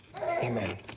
Amen